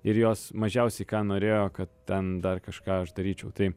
ir jos mažiausiai ką norėjo kad ten dar kažką aš daryčiau tai